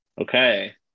Okay